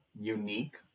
unique